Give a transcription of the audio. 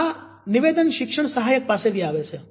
તો આ નિવેદન શિક્ષણ સહાયક પાસેથી આવે છે